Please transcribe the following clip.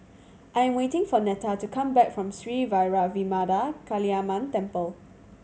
I am waiting for Neta to come back from Sri Vairavimada Kaliamman Temple